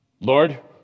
Lord